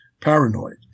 paranoid